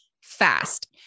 fast